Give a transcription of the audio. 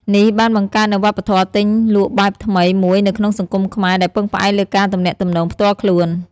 នេះបានបង្កើតនូវវប្បធម៌ទិញលក់បែបថ្មីមួយនៅក្នុងសង្គមខ្មែរដែលពឹងផ្អែកលើការទំនាក់ទំនងផ្ទាល់ខ្លួន។